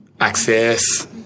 access